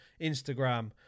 Instagram